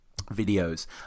videos